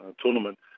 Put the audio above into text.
tournament